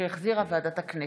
שהחזירה ועדת הכנסת.